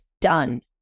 done